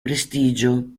prestigio